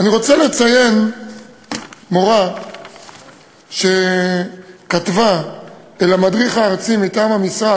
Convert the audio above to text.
אני רוצה לציין מורה שכתבה אל המדריך הארצי מטעם המשרד,